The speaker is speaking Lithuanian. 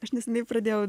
aš neseniai pradėjau